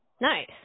Nice